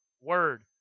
word